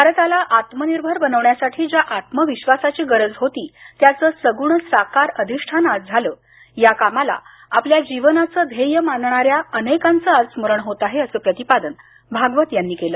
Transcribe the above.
भारताला आत्मनिर्भर बनवण्यासाठी ज्या आत्मविश्वासाची गरज होती त्याचं सगुण साकार अधिष्ठान आज झालं या कामाला आपल्या जीवनाचं ध्येय मानणाऱ्या अनेकांचं आज स्मरण होत आहे असं प्रतिपादन भागवत यांनी केलं